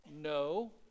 no